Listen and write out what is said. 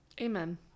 amen